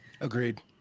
Agreed